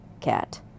cat